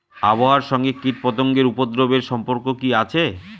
আবহাওয়ার সঙ্গে কীটপতঙ্গের উপদ্রব এর সম্পর্ক কি আছে?